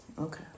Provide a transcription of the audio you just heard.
Okay